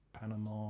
Panama